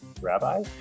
rabbi